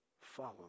follow